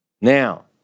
Now